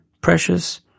precious